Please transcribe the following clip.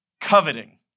coveting